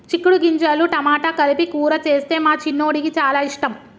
చిక్కుడు గింజలు టమాటా కలిపి కూర చేస్తే మా చిన్నోడికి చాల ఇష్టం